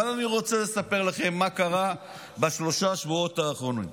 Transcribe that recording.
אבל אני רוצה לספר לכם מה קרה בשלושת השבועות האחרונים.